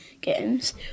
games